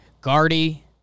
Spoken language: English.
Guardy